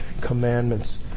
commandments